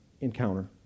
encounter